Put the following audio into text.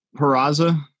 Peraza